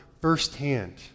firsthand